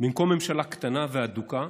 ובמקום ממשלה קטנה והדוקה,